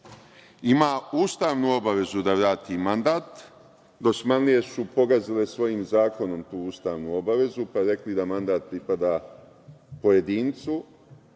ima ustavnu obavezu da vrati mandat. Dosmanlije su pogazile svojim zakonom tu ustavnu obavezu, pa rekli da mandat pripada pojedincu,